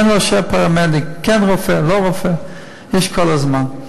כן לאשר פרמדיק, כן רופא, לא רופא, יש כל הזמן.